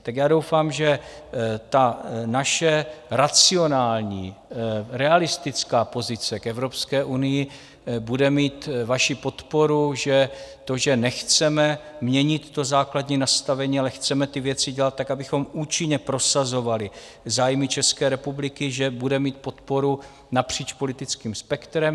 Tak já doufám, že naše racionální, realistická pozice k Evropské unii bude mít vaši podporu, že to, že nechceme měnit základní nastavení, ale chceme ty věci dělat tak, abychom účinně prosazovali zájmy České republiky, že bude mít podporu napříč politickým spektrem.